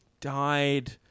died